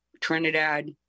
Trinidad